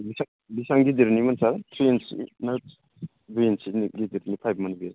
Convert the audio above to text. बेसेबां गिदिरनिमोन सार टिन इन्सि ना दुइ इन्सिनि गिदिरनि पाइपमोन बेयो